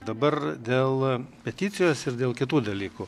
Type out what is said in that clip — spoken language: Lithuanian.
dabar dėl peticijos ir dėl kitų dalykų